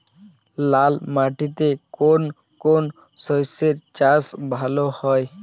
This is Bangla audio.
লাল মাটিতে কোন কোন শস্যের চাষ ভালো হয়?